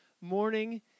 morning